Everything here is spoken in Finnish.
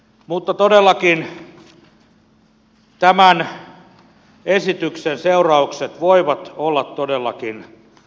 mutta tämän esityksen seuraukset voivat olla todellakin karmaisevat